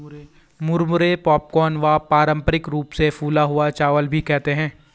मुरमुरे पॉपकॉर्न व पारम्परिक रूप से फूला हुआ चावल भी कहते है